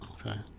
Okay